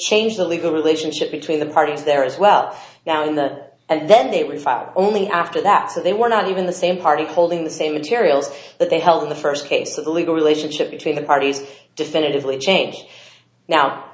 change the legal relationship between the parties there as well now in the and then it was filed only after that so they were not even the same party holding the same materials that they held in the first case a legal relationship between the parties definitively changed now